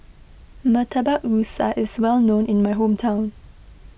Murtabak Rusa is well known in my hometown